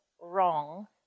wrong